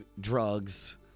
drugs